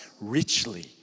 richly